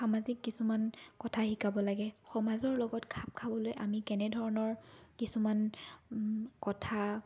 সামাজিক কিছুমান কথা শিকাব লাগে সমাজৰ লগত খাপ খাবলৈ আমি কেনেধৰণৰ কিছুমান কথা